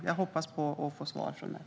Jag hoppas få svar på detta.